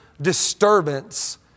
disturbance